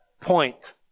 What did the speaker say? point